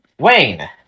Wayne